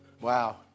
wow